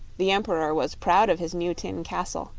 the emperor was proud of his new tin castle,